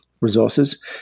resources